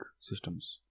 systems